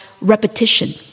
repetition